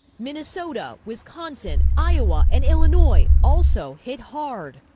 minnesota, wisconsin, iowa, and illinois also hit hard.